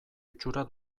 itxura